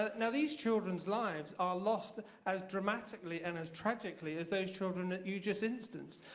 ah now these children's lives are lost as dramatically and as tragically as those children that you just instanced.